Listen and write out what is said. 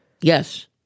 Yes